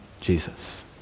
Jesus